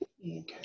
Okay